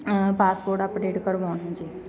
passport update ਕਰਵਾਉਣਾ ਜੀ